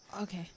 Okay